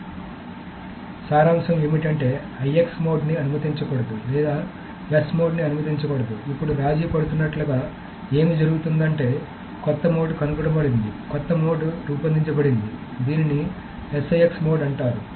కాబట్టి సారాంశం ఏమిటంటే IX మోడ్ని అనుమతించకూడదు లేదా S మోడ్ని అనుమతించకూడదు ఇప్పుడు రాజీ పడుతున్నట్లుగా ఏమి జరుగుతుందంటే కొత్త మోడ్ కనుగొనబడింది కొత్త మోడ్ రూపొందించబడింది దీనిని SIX మోడ్ అంటారు